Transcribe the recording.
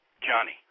Johnny